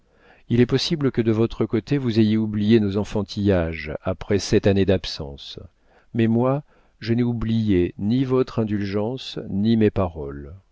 il est possible que de votre côté vous ayez oublié nos enfantillages après sept années d'absence mais moi je n'ai oublié ni votre indulgence ni mes paroles